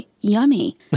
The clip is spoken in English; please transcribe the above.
yummy